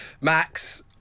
Max